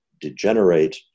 degenerate